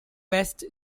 west